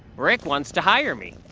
rick wants to hire me!